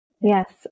Yes